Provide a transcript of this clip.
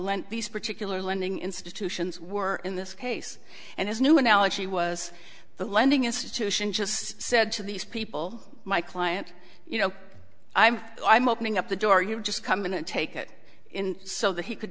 lent these particular lending institutions were in this case and his new analogy was the lending institution just said to these people my client you know i'm i'm opening up the door you just come in and take it in so that he could